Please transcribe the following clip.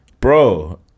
bro